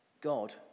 God